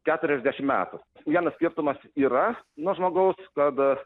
keturiasdešim metų vienas skirtumas yra nuo žmogaus kad